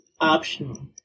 optional